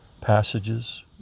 Passages